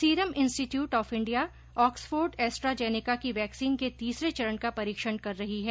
serum institute of India Oxford AstraZeneca की vaccine के तीसरे चरण का परीक्षण कर रही है